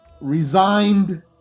resigned